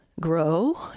grow